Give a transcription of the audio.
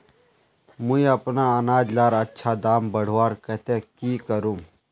मुई अपना अनाज लार अच्छा दाम बढ़वार केते की करूम?